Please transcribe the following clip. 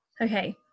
Okay